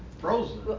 Frozen